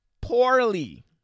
poorly